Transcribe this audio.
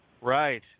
Right